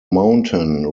mountain